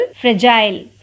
fragile